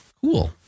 Cool